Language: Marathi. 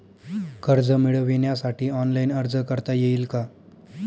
कर्ज मिळविण्यासाठी ऑनलाइन अर्ज करता येईल का?